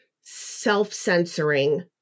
self-censoring